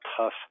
tough